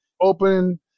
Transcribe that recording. open